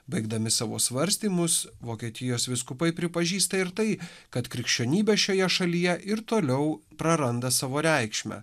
baigdami savo svarstymus vokietijos vyskupai pripažįsta ir tai kad krikščionybė šioje šalyje ir toliau praranda savo reikšmę